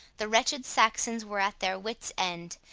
the wretched saxons were at their wit's end,